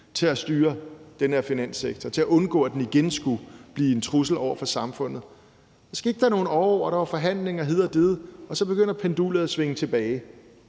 til at styre den her finanssektor, til at undgå, at den igen skulle blive en trussel for samfundet. Så gik der nogle år, hvor der var forhandlinger hid og did, og så begynder pendulet at svinge tilbage.